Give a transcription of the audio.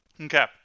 Okay